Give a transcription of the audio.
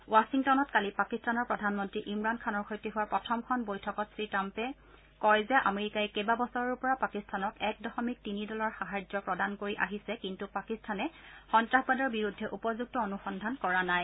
ৱাখিংটনত কালি পাকিস্তানৰ প্ৰধানমন্ত্ৰী ইমৰান খানৰ সৈতে হোৱা প্ৰথমখন বৈঠকত শ্ৰীট্টাম্পে কৈছে যে আমেৰিকাই কেইবা বছৰৰো পৰা পাকিস্তানক এক দশমিক তিনি ডলাৰৰ সাহায্য প্ৰদান কৰি আহিছে কিন্তু পাকিস্তানে সন্তাসবাদৰ বিৰুদ্ধে উপযুক্ত অনসদ্ধান কৰা নাই